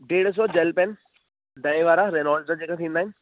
ॾेढु सौ gel pen ॾहें वारा रिनोल्ड्स जा जेका थींदा आहिनि